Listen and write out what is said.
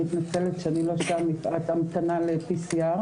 אני מתנצלת שאני לא שם מפאת המתנה לבדיקת PCR,